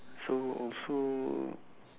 so also